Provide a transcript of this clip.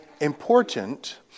important